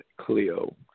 Cleo